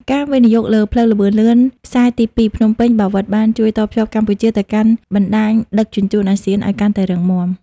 ការវិនិយោគលើផ្លូវល្បឿនលឿនខ្សែទីពីរ ភ្នំពេញ-បាវិត នឹងជួយតភ្ជាប់កម្ពុជាទៅកាន់បណ្ដាញដឹកជញ្ជូនអាស៊ានឱ្យកាន់តែរឹងមាំ។